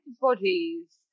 bodies